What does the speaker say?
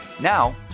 Now